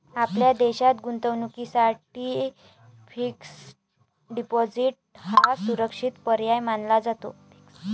आपल्या देशात गुंतवणुकीसाठी फिक्स्ड डिपॉजिट हा सुरक्षित पर्याय मानला जातो